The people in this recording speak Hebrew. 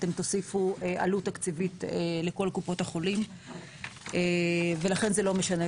אתם תוסיפו עלות תקציבית לכל קופות החולים ולכן זה לא משנה,